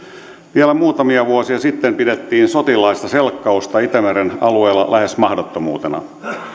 vielä muutamia vuosia sitten pidettiin sotilaallista selkkausta itämeren alueella lähes mahdottomuutena